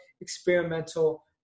experimental